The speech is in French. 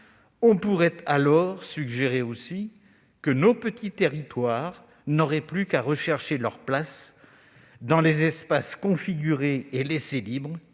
on pourrait aussi suggérer que nos petits territoires n'auraient plus qu'à rechercher leur place dans les espaces configurés et laissés libres